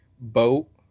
boat